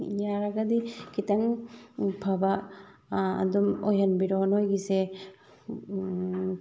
ꯌꯥꯔꯒꯗꯤ ꯈꯤꯇꯪ ꯐꯕ ꯑꯗꯨꯝ ꯑꯣꯏꯍꯟꯕꯤꯔꯣ ꯅꯣꯏꯒꯤꯁꯦ